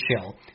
chill